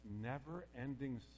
never-ending